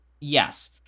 Yes